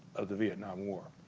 of the vietnam war